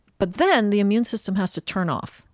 but then the immune system has to turn off.